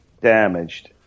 damaged